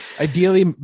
Ideally